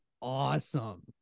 awesome